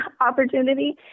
opportunity